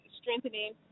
strengthening